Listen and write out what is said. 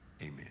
Amen